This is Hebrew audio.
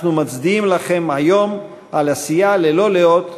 אנחנו מצדיעים לכם היום על עשייה ללא לאות,